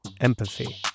empathy